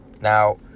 Now